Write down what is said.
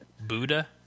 Buddha